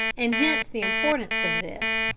and hence the importance of this,